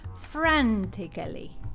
Frantically